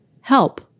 Help